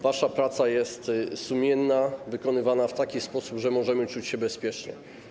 Wasza praca jest sumienna, wykonywana w taki sposób, że możemy czuć się bezpiecznie.